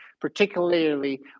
particularly